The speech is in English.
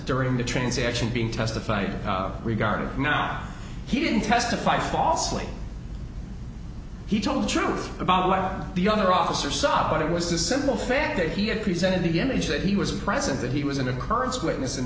during the transaction being testified regarding now he didn't testify falsely he told the truth about what the other officer saw but it was the simple fact that he had presented again it that he was present that he was an occurrence witness in